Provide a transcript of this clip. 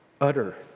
utter